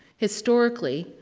historically,